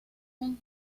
man